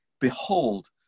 behold